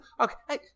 Okay